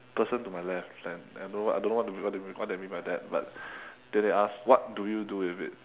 person to my left then I don't know what I don't know what what do they mean by that then they ask what do you do with it